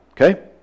Okay